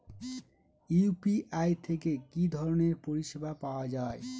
UPI থেকে কি ধরণের পরিষেবা পাওয়া য়ায়?